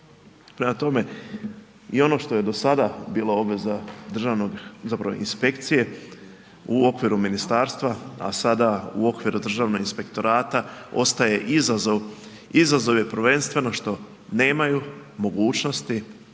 Prema tome, i ono što je do sada bilo obveza državnog, zapravo inspekcije u okviru ministarstva a sada u okviru Državnog inspektorata ostaje izazov, izazov je prvenstveno što nemaju mogućnosti,